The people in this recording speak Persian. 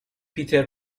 پیتر